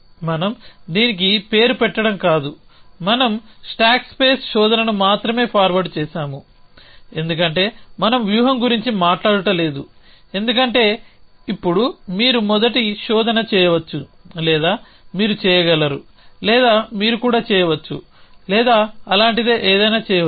మనం దీనికి పేరు పెట్టడం కాదు మనం స్టాక్ స్పేస్ శోధనను మాత్రమే ఫార్వర్డ్ చేసాము ఎందుకంటే మనం వ్యూహం గురించి మాట్లాడలేదు ఎందుకంటే ఇప్పుడు మీరు మొదటి శోధన చేయవచ్చు లేదా మీరు చేయగలరు లేదా మీరు కూడా చేయవచ్చు లేదా అలాంటిదే ఏదైనా చేయవచ్చు